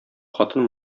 хатын